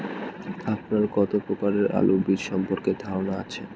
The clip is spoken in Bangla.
আপনার কত প্রকারের আলু বীজ সম্পর্কে ধারনা আছে?